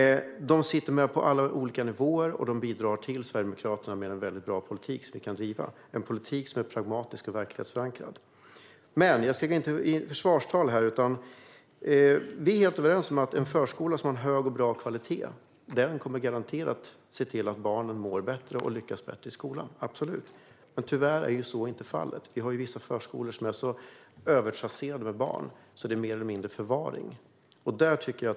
De sitter med på alla olika nivåer och bidrar till Sverigedemokraterna med en väldigt bra politik som vi kan driva. Det är en politik som är pragmatisk och verklighetsförankrad. Jag ska dock inte hålla ett försvarstal. Vi är helt överens om att en förskola som har en hög och bra kvalitet garanterat kommer att se till att barnen mår bättre och lyckas bättre i skolan. Det är absolut så. Tyvärr är detta inte fallet. Vissa förskolor är så övertrasserade med barn att det mer eller mindre handlar om förvaring.